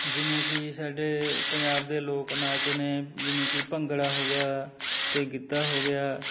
ਜਿਵੇਂ ਕਿ ਸਾਡੇ ਪੰਜਾਬ ਦੇ ਲੋਕ ਨਾਚ ਨੇ ਜਿਵੇਂ ਕਿ ਭੰਗੜਾ ਹੋ ਗਿਆ ਅਤੇ ਗਿੱਧਾ ਹੋ ਗਿਆ